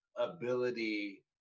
ability